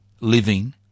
living